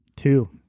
two